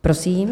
Prosím.